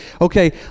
okay